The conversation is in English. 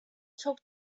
talk